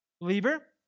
Believer